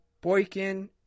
Boykin